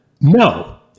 No